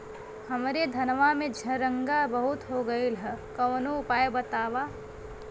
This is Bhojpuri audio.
हमरे धनवा में झंरगा बहुत हो गईलह कवनो उपाय बतावा?